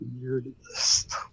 Weirdest